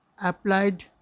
applied